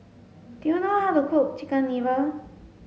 do you know how to cook chicken liver